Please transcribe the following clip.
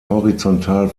horizontal